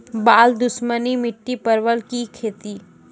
बल दुश्मनी मिट्टी परवल की खेती?